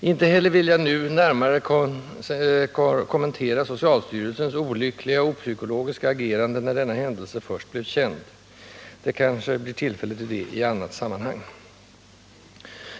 Inte heller vill jag nu närmare kommentera socialstyrelsens olyckliga och opsykologiska agerande när denna händelse först blev känd; det kanske blir tillfälle till det i annat sammanhang.